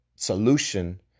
solution